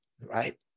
right